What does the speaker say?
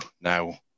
now